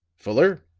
fuller,